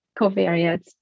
covariates